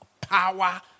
power